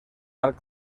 arc